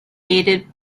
hated